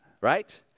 right